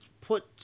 Put